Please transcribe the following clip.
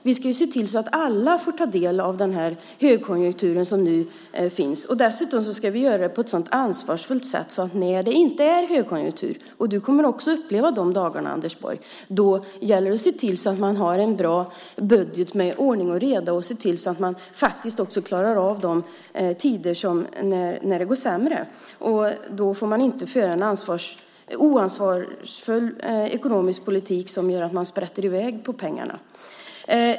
Vi ska se till att alla får ta del av den här högkonjunkturen. Dessutom ska vi göra det på ett ansvarsfullt sätt. När det inte är högkonjunktur längre - och du kommer också att uppleva de dagarna, Anders Borg - gäller det att se till att man har en bra budget med ordning och reda och klarar av de tider när det går sämre. Då får man inte föra en oansvarig ekonomisk politik som gör att man sprätter i väg pengar.